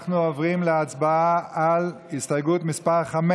אנחנו עוברים להצבעה על הסתייגות מס' 5,